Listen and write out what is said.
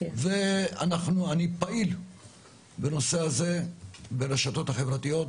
ואני פעיל בנושא הזה ברשתות החברתיות,